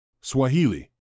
Swahili